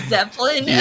Zeppelin